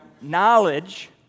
knowledge